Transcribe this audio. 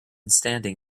standing